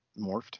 morphed